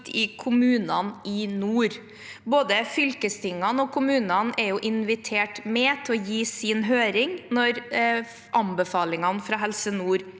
i kommunene i nord. Både fylkestingene og kommunene er invitert med til å gi sine høringsinnspill når anbefalingene fra Helse Nord